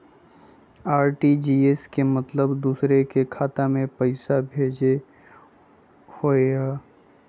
RTGS के मतलब दूसरे के खाता में पईसा भेजे होअ हई?